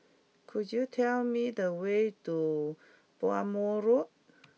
could you tell me the way to Bhamo Road